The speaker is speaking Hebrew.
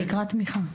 זה נקרא תמיכה.